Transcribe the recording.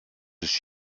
ist